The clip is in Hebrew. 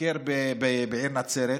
ביקר בעיר נצרת,